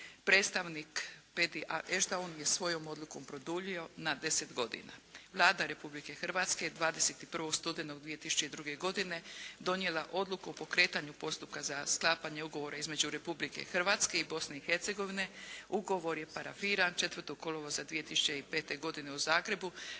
ne razumije./… je svojom odlukom produljio na deset godina. Vlada Republike Hrvatske je 21. studenog 2002. godine donijela odluku o pokretanju postupka za sklapanje ugovora između Republike Hrvatske i Bosne i Hercegovine. Ugovor je parafiran 4. kolovoza 2005. godine u Zagrebu